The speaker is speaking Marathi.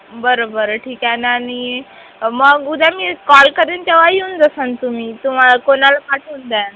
बरं बरं ठीक आहे ना आणि मग उद्या मी कॉल करेन तेव्हा येऊन जासान तुम्ही तुम्हाला कोणाला पाठवून द्याल